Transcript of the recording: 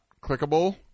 clickable